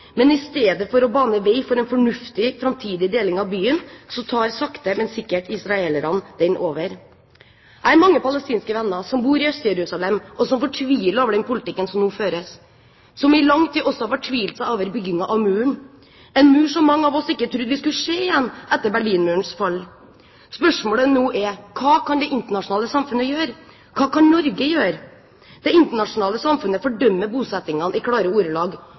men i stedet for å bane vei for en fornuftig framtidig deling av byen, tar israelerne sakte, men sikkert over byen. Jeg har mange palestinske venner som bor i Øst-Jerusalem. De fortviler over den politikken som nå føres, og har i lang tid også fortvilt over byggingen av muren – en mur som mange av oss ikke trodde vi skulle få se igjen etter Berlinmurens fall. Spørsmålet nå er: Hva kan det internasjonale samfunnet gjøre? Hva kan Norge gjøre? Det internasjonale samfunnet fordømmer bosettingene i klare ordelag,